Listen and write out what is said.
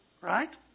right